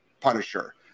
punisher